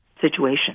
situation